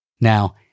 Now